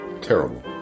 terrible